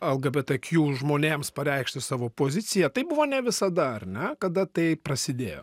lgbtq žmonėms pareikšti savo poziciją tai buvo ne visada ar ne kada tai prasidėjo